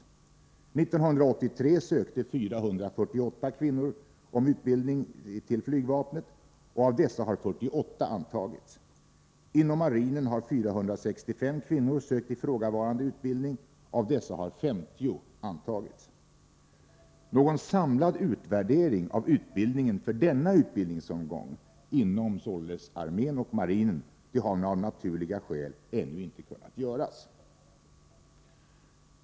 1983 sökte 448 kvinnor utbildning inom flygvapnet. Av dessa har 48 antagits. Inom marinen har 465 kvinnor sökt ifrågavarande utbildning. Av dessa har 50 antagits. Någon samlad utvärdering av utbildningen för denna utbildningsomgång har av naturliga skäl ännu inte kunnat göras.